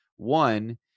One